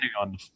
on